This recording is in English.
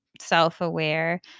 self-aware